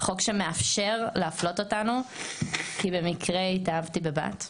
חוק שמאפשר להפלות אותנו כי במקרה התאהבתי בבת.